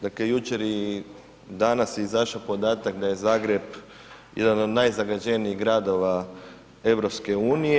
Dakle, jučer i danas je izašao podatak da je Zagreb jedan od najzagađenijih gradova EU.